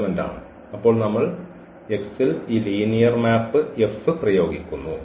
ഇപ്പോൾ നമ്മൾ x ൽ ഈ ലീനിയർ മാപ്പ് F പ്രയോഗിക്കുന്നു